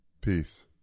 Peace